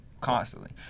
constantly